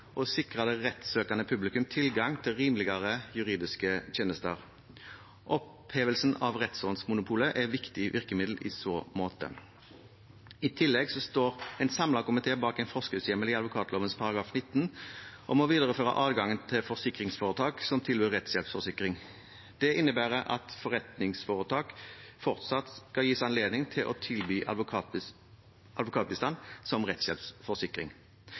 å sikre det rettssøkende publikum tilgang til rimeligere juridiske tjenester. Opphevelsen av rettsrådsmonopolet er et viktig virkemiddel i så måte. I tillegg står en samlet komité bak en forskriftshjemmel i advokatloven § 19, om å videreføre adgangen til forsikringsforetak som tilbyr rettshjelpsforsikring. Det innebærer at forretningsforetak fortsatt skal gis anledning til å tilby advokatbistand som rettshjelpsforsikring.